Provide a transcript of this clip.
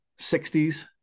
60s